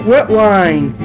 Wetline